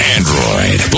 Android